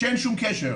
שאין שום קשר,